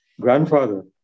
grandfather